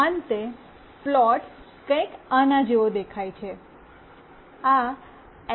અંતે પ્લોટ કંઈક આના જેવો દેખાય છે